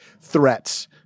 threats